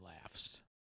laughs